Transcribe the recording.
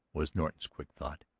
was norton's quick thought.